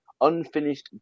unfinished